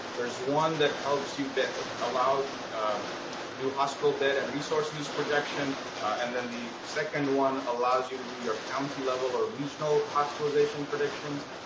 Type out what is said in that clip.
there's one that helps you ah allow new hospital bed and resource use projection. and then the second one allows you to do your county level or regional hospitalization predictions.